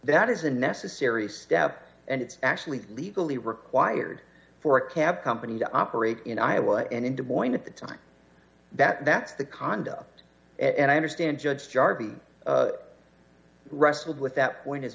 that is a necessary step and it's actually legally required for a cab company to operate in iowa and in des moines at the time that that's the condo and i understand judge darby wrestled with that point as